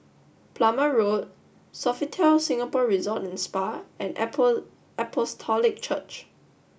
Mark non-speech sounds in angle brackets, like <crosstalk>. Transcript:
Plumer Road Sofitel Singapore Resort and Spa and <unintelligible> Apostolic Church